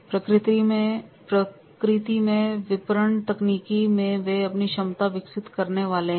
प्रकृति में विपणन तकनीकी में वे अपनी क्षमता विकसित करने वाले हैं